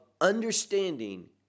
understanding